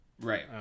Right